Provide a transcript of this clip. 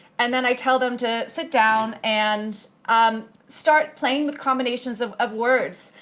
and then i tell them to sit down and start playing with combinations of of words.